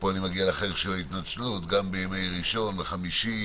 ופה אני מגיע לחלק של ההתנצלות גם בימי ראשון וחמישי.